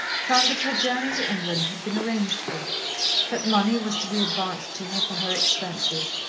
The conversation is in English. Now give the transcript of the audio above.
found that her journey to england had been arranged for that money was to be advanced to her for her expenses,